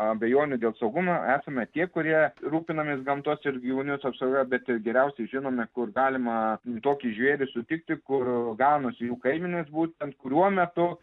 abejonių dėl saugumo esame tie kurie rūpinamės gamtos ir gyvūnijos apsauga net ir geriausiai žinome kur galima tokį žvėrį sutikti kur ganosi jų kaimynės būtent kuriuo metu